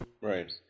right